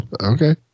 Okay